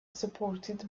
supported